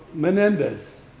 menendez.